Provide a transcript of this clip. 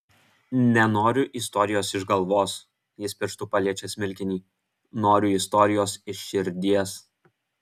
nenoriu istorijos iš galvos jis pirštu paliečia smilkinį noriu istorijos iš širdies